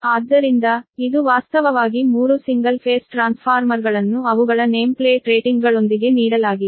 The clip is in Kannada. ಆದ್ದರಿಂದ ಇದು ವಾಸ್ತವವಾಗಿ 3 ಸಿಂಗಲ್ ಫೇಸ್ ಟ್ರಾನ್ಸ್ಫಾರ್ಮರ್ಗಳನ್ನು ಅವುಗಳ ನೇಮ್ ಪ್ಲೇಟ್ ರೇಟಿಂಗ್ಗಳೊಂದಿಗೆ ನೀಡಲಾಗಿದೆ